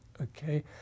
Okay